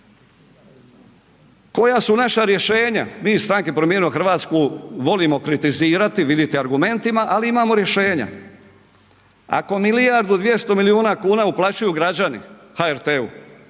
Koja su naša rješenja? Mi iz stranke Promijenimo Hrvatsku volimo kritizirati, vidite argumentima, ali imamo rješenja. Ako milijardu 200 miliona kuna uplaćuju građani HRT-u,